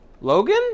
Logan